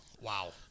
Wow